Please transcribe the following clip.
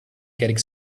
getting